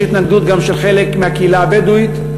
יש התנגדות גם של חלק מהקהילה הבדואית.